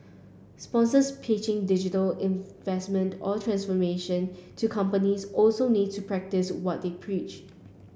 sponsors pitching digital investment or transformation to companies also need to practice what they preach